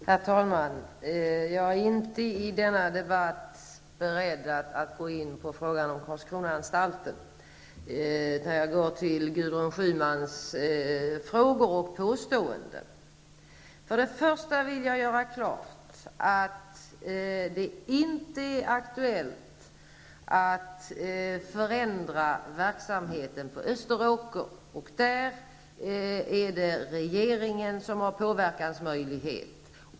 Herr talman! Jag är inte i den här debatten beredd att gå in på frågan om Karlskronaanstalten utan vill ta upp Gudrun Schymans frågor och påståenden. Först vill jag göra klart att det inte är aktuellt att förändra verksamheten på Österåkersanstalten. Där är det regeringen som har påverkansmöjlighet.